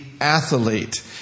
athlete